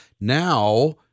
Now